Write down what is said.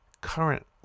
current